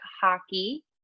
hockey